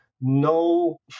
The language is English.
no